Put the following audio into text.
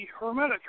Hermetic